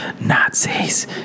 Nazis